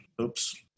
oops